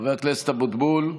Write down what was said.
חבר הכנסת אבוטבול,